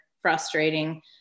frustrating